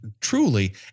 truly